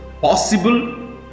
possible